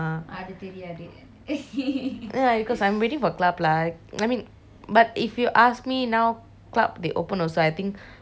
no cause I'm waiting for club lah I mean but if you ask me now club they open also I think not more than fifty people or ten I think